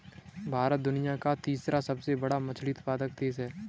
भारत दुनिया का तीसरा सबसे बड़ा मछली उत्पादक देश है